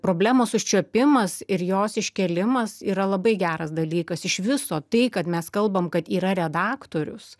problemos užčiuopimas ir jos iškėlimas yra labai geras dalykas iš viso tai kad mes kalbam kad yra redaktorius